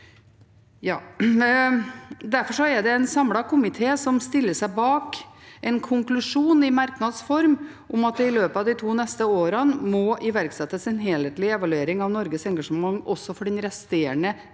Derfor er det en samlet komité som stiller seg bak en konklusjon i merknads form om at det i løpet av de to neste årene må iverksettes en helhetlig evaluering av Norges engasjement også for den resterende